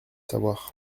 savoir